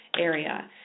area